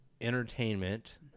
entertainment